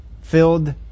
Filled